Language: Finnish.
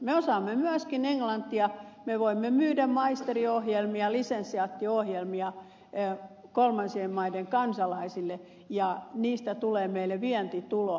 me osaamme myöskin englantia me voimme myydä maisteriohjelmia lisensiaattiohjelmia kolmansien maiden kansalaisille ja niistä tulee meille vientituloa